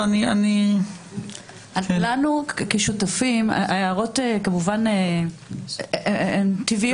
לנו כשותפים, ההערות כמובן הן טבעיות.